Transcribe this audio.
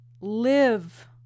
Live